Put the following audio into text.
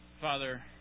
Father